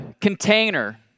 container